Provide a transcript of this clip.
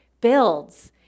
builds